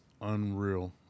unreal